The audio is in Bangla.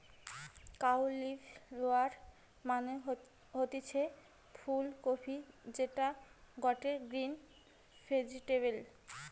কাউলিফলোয়ার মানে হতিছে ফুল কপি যেটা গটে গ্রিন ভেজিটেবল